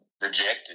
rejected